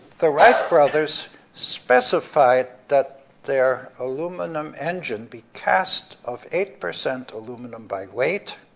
the wright brothers specified that their aluminum engine be cast of eight percent aluminum by weight,